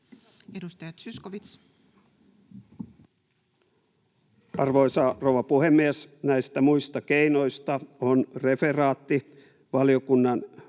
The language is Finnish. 14:17 Content: Arvoisa rouva puhemies! Näistä muista keinoista on referaatti hallintovaliokunnan